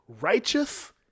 righteous